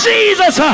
Jesus